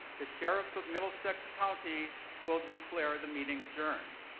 the sheriff of middlesex county will declare the meeting adjourned.